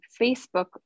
facebook